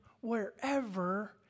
wherever